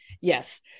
Yes